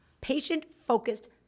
patient-focused